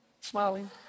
smiling